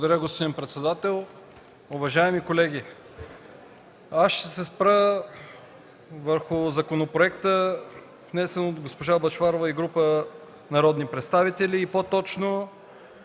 Благодаря, господин председател. Уважаеми колеги, аз ще се спра върху законопроекта, внесен от госпожа Бъчварова и група народни представители, и по точно